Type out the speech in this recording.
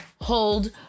hold